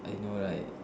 I know right